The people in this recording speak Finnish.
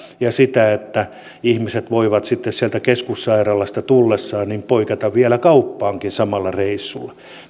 ja sitä että ihmiset voivat sitten sieltä keskussairaalasta tullessaan poiketa vielä kauppaankin samalla reissulla